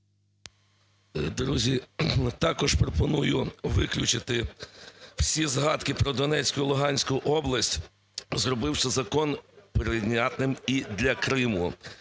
Друзі, також пропоную виключити всі згадки про Донецьку і Луганську область, зробивши закон прийнятним і для Криму.